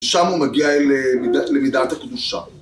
שם הוא מגיע למידת הקדושה.